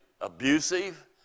abusive